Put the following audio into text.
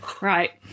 Right